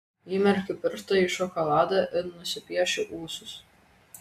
įmerkiu pirštą į šokoladą ir nusipiešiu ūsus